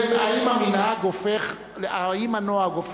האם הנוהג הופך למנהג?